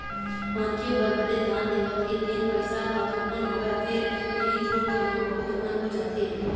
मनखे बर भले दान देवत हे तेन पइसा ह थोकन हवय फेर इही थोर थोर म बहुत अकन हो जाथे